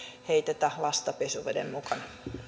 heitetä lasta pesuveden mukana